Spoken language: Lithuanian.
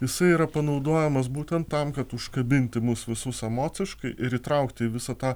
jisai yra panaudojamas būtent tam kad užkabinti mus visus emociškai ir įtraukti į visą tą